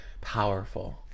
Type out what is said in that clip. powerful